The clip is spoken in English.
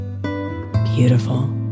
beautiful